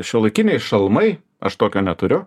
šiuolaikiniai šalmai aš tokio neturiu